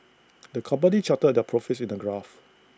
the company charted their profits in A graph